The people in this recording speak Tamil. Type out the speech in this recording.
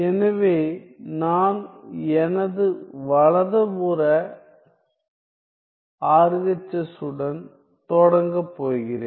எனவே நான் எனது வலது புற RHS உடன் தொடங்கப் போகிறேன்